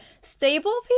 Stable